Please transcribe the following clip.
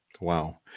Wow